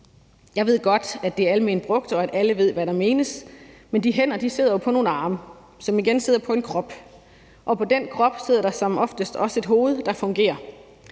Jeg ved godt, at det er almen brugt, og at alle ved, hvad der menes, men de hænder sidder jo på nogle arme, som igen sidder på en krop, og på den krop sidder der som oftest også et hoved, der fungerer.